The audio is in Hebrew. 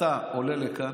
אתה עולה לכאן,